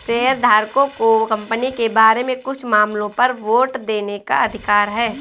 शेयरधारकों को कंपनी के बारे में कुछ मामलों पर वोट देने का अधिकार है